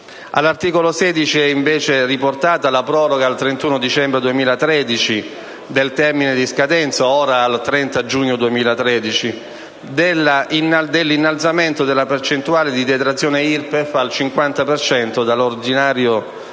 All'articolo 16 è, invece, riportata la proroga al 31 dicembre 2013 del termine di scadenza (ora al 30 giugno 2013) dell'innalzamento della percentuale di detrazione IRPEF al 50 per cento